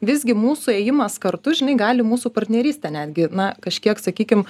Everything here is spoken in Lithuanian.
visgi mūsų ėjimas kartu žinai gali mūsų partnerystę netgi na kažkiek sakykim